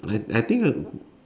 I I think I